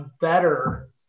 better